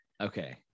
Okay